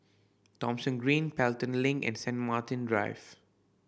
Thomson Green Pelton Link and Saint Martin Drive